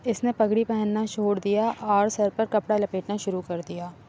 اس نے پگڑی پہننا چھوڑ دیا اور سر پر کپڑا لپیٹنا شروع کر دیا